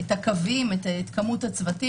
על פי נוסח החוק,